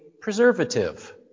preservative